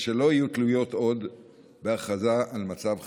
ושלא יהיו תלויים עוד בהכרזה על מצב חירום.